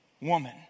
woman